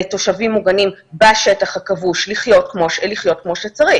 לתושבים מוגנים בשטח הכבוש לחיות כמו שצריך.